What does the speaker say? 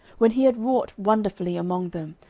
when he had wrought wonderfully among them,